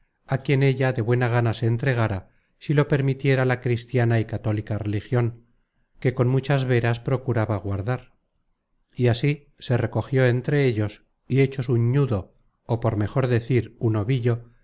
á quien ella de buena gana se entregara si lo permitiera la cristiana y católica religion que con muchas véras procuraba guardar y así se recogió entre ellos y hechos un ñudo ó por mejor decir un ovillo